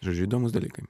žodžiu įdomūs dalykai